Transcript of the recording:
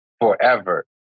forever